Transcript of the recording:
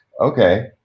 Okay